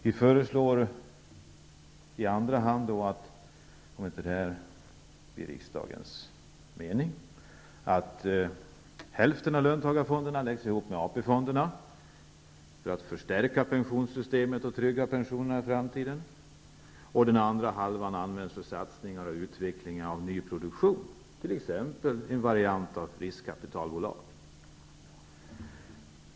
Om detta inte blir riksdagens mening, föreslår vi i andra hand att hälften av löntagarfonderna läggs ihop med AP-fonderna för att förstärka pensionssystemet och trygga pensionerna i framtiden. Den andra halvan föreslår vi skall användas till satsningar och utveckling av ny produktion, t.ex. i en variant av riskkapitalbolag.